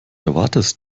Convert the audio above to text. erwartest